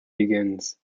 begins